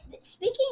speaking